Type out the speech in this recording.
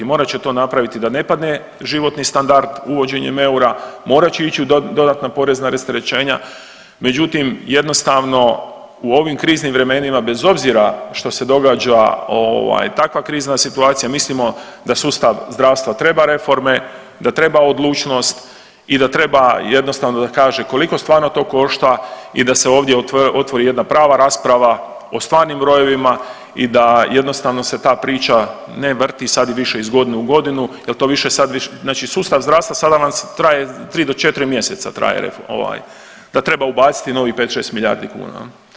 Morat će to napraviti da ne padne životni standard uvođenjem eura, morat će ići u dodatna porezna rasterećenja, međutim jednostavno u ovim kriznim vremenima bez obzira što se događa takva krizna situacija mislimo da sustav zdravstva treba reforme, da treba odlučnost i da treba jednostavno da kaže koliko stvarno to košta i da se ovdje otvori jedna prava rasprava o stvarnim brojevima i da jednostavno se ta priča ne vrti sad više iz godine u godinu jel to više, znači sustav zdravstva sada vam traje tri do četiri mjeseca traje da treba ubaciti novih pet, šest milijardi kuna.